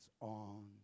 on